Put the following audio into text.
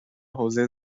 حوزه